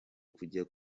kujya